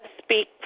Speak